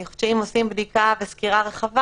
אני חושבת שאם עושים בדיקה וסקירה רחבה